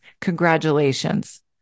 congratulations